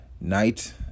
night